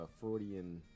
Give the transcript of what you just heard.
Freudian